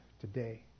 today